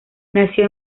nació